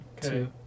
two